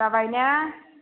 जाबाय ना